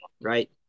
right